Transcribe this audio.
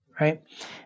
right